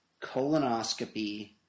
colonoscopy